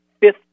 fifth